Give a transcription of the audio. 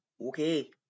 Okay